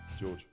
George